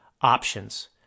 options